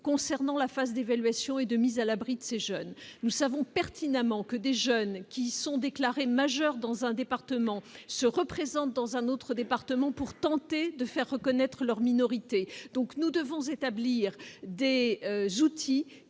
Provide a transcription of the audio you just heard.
concernant la phase d'évaluation et de mise à l'abri de ces jeunes, nous savons pertinemment que des jeunes qui sont déclarés majeurs dans un département se représente dans un autre département, pour tenter de faire connaître leur minorité, donc nous devons établir des soutiers